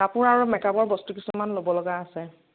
কাপোৰৰ আৰু মেক আপৰ বস্তু কিছুমান ল'ব লগা আছে